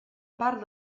part